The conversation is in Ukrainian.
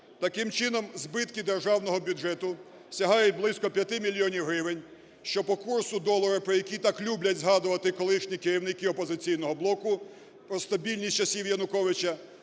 Таким чином, збитки державного бюджету сягають близько 5 мільйонів гривень, що по курсу долара, про який так люблять згадувати колишні керівники "Опозиційного блоку", про стабільність з часів Януковича,